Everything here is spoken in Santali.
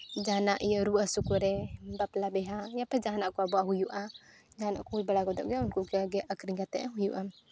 ᱡᱟᱦᱟᱱᱟᱜ ᱤᱭᱟᱹ ᱨᱩᱣᱟᱹᱜ ᱦᱟᱹᱥᱩ ᱠᱚᱨᱮ ᱵᱟᱯᱞᱟᱼᱵᱮᱦᱟ ᱡᱚᱛᱚ ᱡᱟᱦᱟᱱᱟᱜ ᱠᱚ ᱟᱵᱚᱣᱟᱜ ᱦᱩᱭᱩᱜᱼᱟ ᱡᱟᱦᱟᱱᱟᱜ ᱠᱚ ᱵᱟᱲᱟ ᱜᱚᱫᱚᱜ ᱜᱮᱭᱟ ᱩᱱᱠᱩ ᱠᱚᱜᱮ ᱟᱹᱠᱷᱨᱤᱧ ᱠᱟᱛᱮᱫ ᱦᱩᱭᱩᱜᱼᱟ